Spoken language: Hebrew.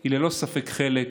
היא ללא ספק חלק